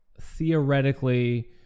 theoretically